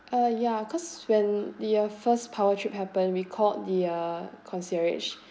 uh ya cause when the uh first power trip happened we called the uh concierge